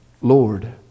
Lord